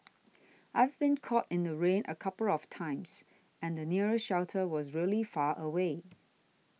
I've been caught in the rain a couple of times and the nearest shelter was really far away